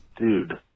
Dude